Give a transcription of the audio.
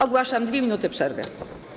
Ogłaszam 2 minuty przerwy.